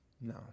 No